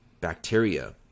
bacteria